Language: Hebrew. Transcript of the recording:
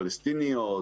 פלסטיניות,